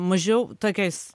mažiau tokiais